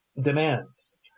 demands